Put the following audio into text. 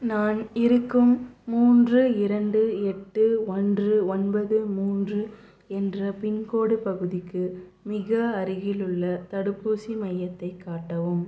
நான் இருக்கும் மூன்று இரண்டு எட்டு ஒன்று ஒன்பது மூன்று என்ற பின்கோட் பகுதிக்கு மிக அருகிலுள்ள தடுப்பூசி மையத்தைக் காட்டவும்